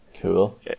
Cool